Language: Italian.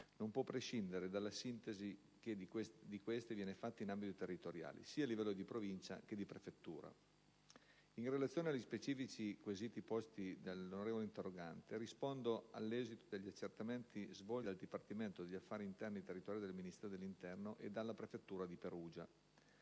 non può prescindere dalla sintesi che di queste viene fatta in ambito territoriale, sia a livello di Provincia che di prefettura. In relazione agli specifici quesiti posti dall'onorevole interrogante, rispondo all'esito degli accertamenti svolti dal dipartimento per gli affari interni e territoriali del Ministero dell'interno e dalla prefettura di Perugia.